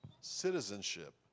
Citizenship